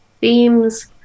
themes